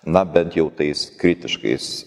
na bent jau tais kritiškais